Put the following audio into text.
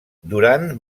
duran